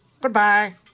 Goodbye